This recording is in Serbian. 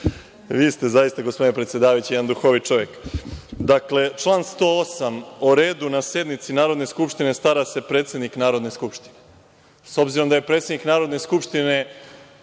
Vi ste zaista, gospodine predsedavajući, jedan duhovit čovek. Dakle, član 108. – o redu na sednici Narodne skupštine stara se predsednik Narodne skupštine. S obzirom da je predsednik Narodne skupštine